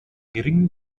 geringen